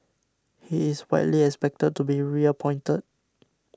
he is widely expected to be reappointed